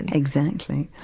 exactly,